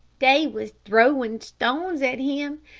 dey was drowing stones at him,